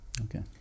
Okay